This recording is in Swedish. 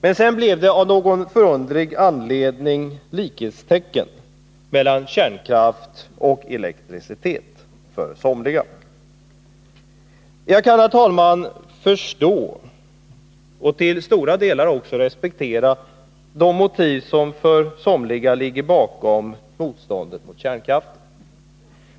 Men sedan blev det av någon förunderlig anledning likhetstecken mellan kärnkraft och elektricitet för somliga. Jag kan, herr talman, förstå och till stora delar också respektera de motiv som för somliga ligger bakom motståndet mot kärnkraften.